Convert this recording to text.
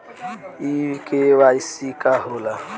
इ के.वाइ.सी का हो ला?